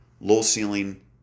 low-ceiling